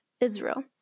Israel